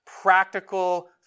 practical